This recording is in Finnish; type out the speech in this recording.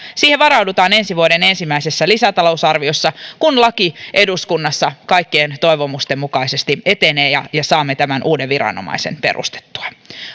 siihen varaudutaan ensi vuoden ensimmäisessä lisätalousarviossa kun laki eduskunnassa kaikkien toivomusten mukaisesti etenee ja ja saamme tämän uuden viranomaisen perustettua